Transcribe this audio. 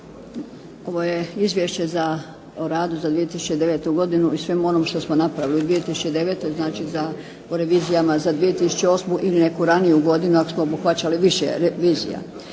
ovo je izvješće o radu za 2009. godinu i svemu onome što smo napravili u 2009. znači o revizijama za 2008. ili neku raniju godinu ako smo obuhvaćali više revizija.